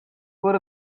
what